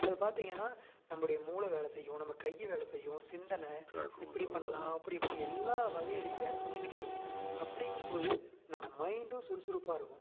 அதை பார்த்திங்கன்னா நம்மளோடைய மூளை வேலை செய்யும் நம்ம கை வேலை செய்யும் சிந்தனை இப்படி பண்ணலாம் அப்படி பண்ணலாம் எல்லா வகையிலேயும் வேலை செஞ்சிக்கிட்டே இருக்கும் அப்படிங்கும் போது நம்ம மைண்டும் சுறுசுறுப்பாக இருக்கும்